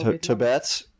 Tibet